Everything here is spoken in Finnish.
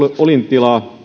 olintilaa